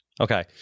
Okay